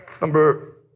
Number